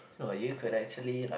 no you could actually like